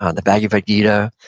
um the bhagavad gita.